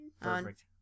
perfect